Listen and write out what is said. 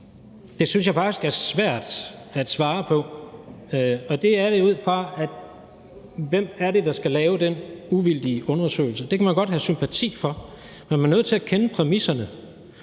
Det synes jeg faktisk er svært at svare på, og det er det, ud fra hvem det er, der skal lave den uvildige undersøgelse. Det kan man godt have sympati for, men vi er nødt til at kende præmisserne,